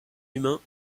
humain